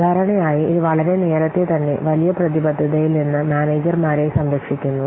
സാധാരണയായി ഇത് വളരെ നേരത്തെ തന്നെ വലിയ പ്രതിബദ്ധതയിൽ നിന്ന് മാനേജർമാരെ സംരക്ഷിക്കുന്നു